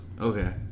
Okay